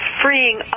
freeing